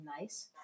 nice